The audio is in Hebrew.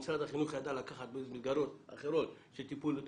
משרד החינוך ידע לקחת ממסגרות אחרות של טיפול,